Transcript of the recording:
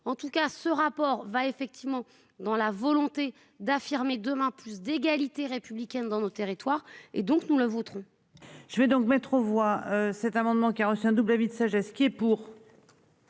en tout cas, ce rapport va effectivement dans la volonté d'affirmer demain plus d'égalité républicaine dans nos territoires et donc nous le voterons.